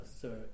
sir